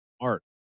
Art